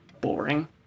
Boring